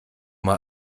mal